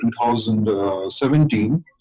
2017